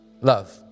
love